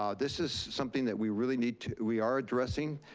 um this is something that we really need to, we are addressing.